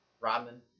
Rodman